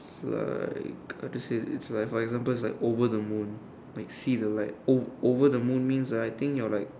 it's like how to say it's like for example it's like over the moon like see the light ov~ over the moon means like I think you're like